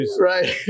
Right